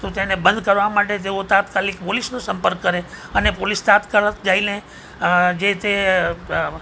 તો તેને બંધ કરવા માટે તેઓ તાત્કાલિક પોલીસનો સંપર્ક કરે અને પોલીસ તાત્કાલિક જઈને જે તે